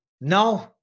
No